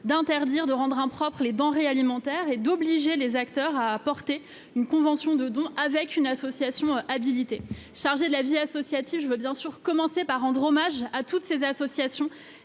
d'interdire de rendre impropre les denrées alimentaires et d'obliger les acteurs à porter une convention de don avec une association habilitée, chargé de la vie associative, je veux bien sûr commencer par rendre hommage à toutes ces associations